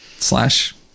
slash